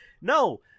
No